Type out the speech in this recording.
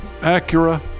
Acura